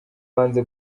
banze